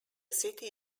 city